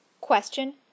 Question